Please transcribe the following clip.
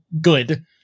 good